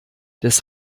des